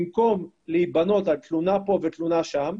במקום להיבנות על תלונה פה ותלונה שם,